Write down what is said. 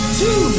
two